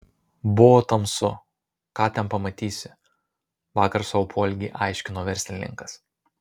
buvo tamsu ką ten pamatysi vakar savo poelgį aiškino verslininkas